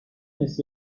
نصف